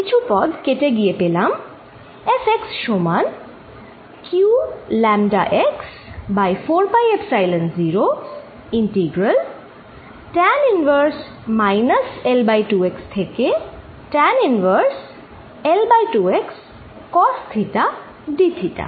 কিছু পদ কেটে গিয়ে পেলাম Fx সমান q λ xবাই 4 pi epsilon 0 integral tan inverse minus L2x থেকে tan ইনভার্স L2x cosথিটা d থিটা